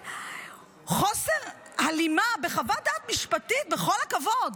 חוסר הלימה בחוות דעת משפטית, בכל הכבוד.